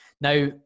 Now